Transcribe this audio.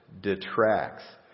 detracts